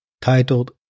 titled